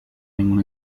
ningún